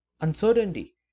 uncertainty